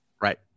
right